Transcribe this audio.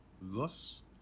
Thus